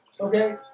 Okay